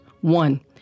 One